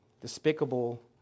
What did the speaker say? despicable